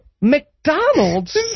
McDonald's